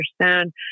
understand